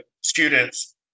students